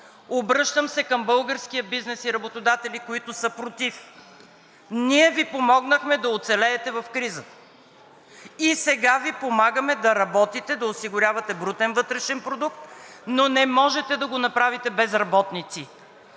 Обръщам се към българския бизнес и работодатели, които са против – ние Ви помогнахме да оцелеете в кризата, сега Ви помагаме да работите, да осигурявате брутен вътрешен продукт, но не можете да го направите без работници,